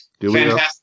Fantastic